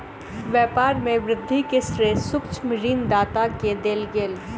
व्यापार में वृद्धि के श्रेय सूक्ष्म ऋण दाता के देल गेल